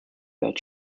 that